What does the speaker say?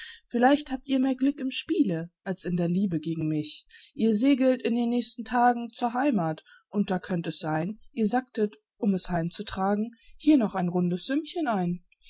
vielleicht habt ihr mehr glück im spiele als in der liebe gegen mich ihr segelt in den nächsten tagen zur heimat und da könnt es sein ihr sacktet um es heim zu tragen hier noch ein rundes sümmchen ein